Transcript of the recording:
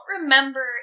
remember